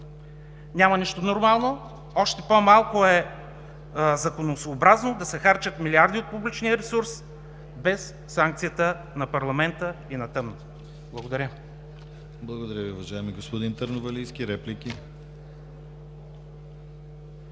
Няма нищо нормално! Още по-малко е законосъобразно да се харчат милиарди от публичния ресурс без санкцията на парламента и на тъмно! Благодаря.